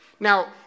Now